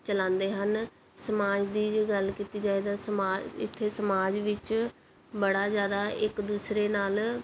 ਚਲਾਉਂਦੇ ਹਨ ਸਮਾਜ ਦੀ ਜੇ ਗੱਲ ਕੀਤੀ ਜਾਏ ਤਾਂ ਸਮਾ ਇੱਥੇ ਸਮਾਜ ਵਿੱਚ ਬੜਾ ਜ਼ਿਆਦਾ ਇੱਕ ਦੂਸਰੇ ਨਾਲ